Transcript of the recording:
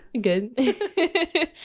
Good